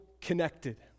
connected